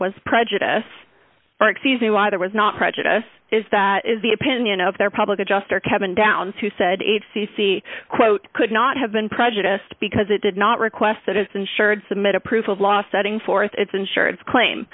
was prejudice or excuse me why there was not prejudice is that is the opinion of their public adjuster kevin downs who said h c c quote could not have been prejudiced because it did not request that it's insured submit a proof of law setting forth its insurance claim